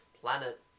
planet